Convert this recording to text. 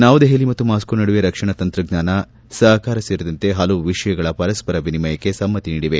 ನವದೆಹಲಿ ಮತ್ತು ಮಾಸೋ ನಡುವೆ ರಕ್ಷಣಾ ತಂತ್ರಜ್ಞಾನ ಸಹಕಾರ ಸೇರಿದಂತೆ ಹಲವು ವಿಷಯಗಳ ಪರಸ್ಪರ ವಿನಿಮಯಕ್ಕೆ ಸಮ್ನತಿ ನೀಡಿವೆ